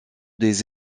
des